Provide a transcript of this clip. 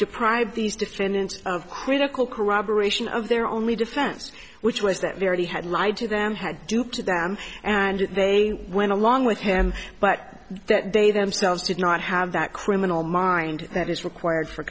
deprive these defendants of critical corroboration of their only defense which was that verity had lied to them had duped them and they went along with him but that they themselves did not have that criminal mind that is required for